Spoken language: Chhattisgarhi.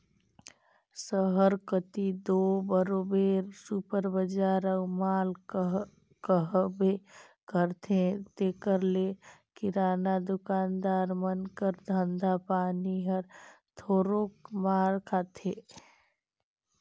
सहर कती दो बरोबेर सुपर बजार अउ माल रहबे करथे तेकर ले किराना दुकानदार मन कर धंधा पानी हर थोरोक मार खाथे